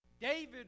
David